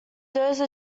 dose